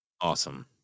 awesome